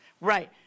right